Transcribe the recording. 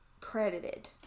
credited